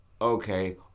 okay